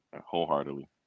wholeheartedly